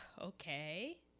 Okay